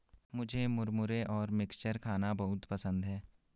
मुझे मुरमुरे और मिक्सचर खाना बहुत पसंद है